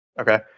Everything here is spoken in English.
Okay